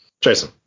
Jason